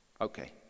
Okay